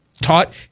Taught